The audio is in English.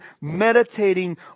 meditating